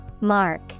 Mark